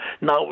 Now